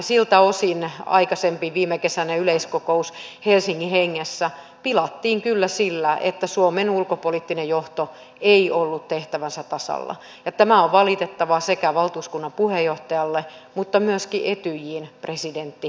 siltä osin aikaisempi viimekesäinen yleiskokous helsingin hengessä pilattiin kyllä sillä että suomen ulkopoliittinen johto ei ollut tehtävänsä tasalla ja tämä on valitettavaa valtuuskunnan puheenjohtajalle mutta myöskin etyjin presidentti kanervalle